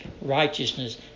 righteousness